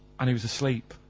and he was asleep.